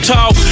Talk